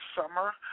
summer